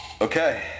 Okay